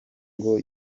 ngo